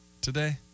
today